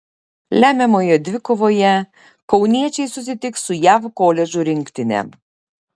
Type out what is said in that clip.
lemiamoje dvikovoje kauniečiai susitiks su jav koledžų rinktine